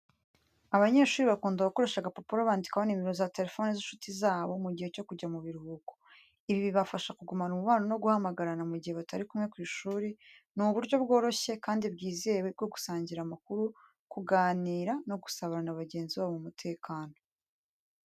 Abanyeshuri bakunda gukoresha agapapuro bandikaho nimero za telefone z’inshuti zabo mu gihe cyo kujya mu biruhuko. Ibi bibafasha kugumana umubano no guhamagarana mu gihe batari kumwe ku ishuri. Ni uburyo bworoshye, kandi bwizewe bwo gusangira amakuru, kuganira no gusabana n’abagenzi babo mu mutekano.